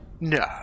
No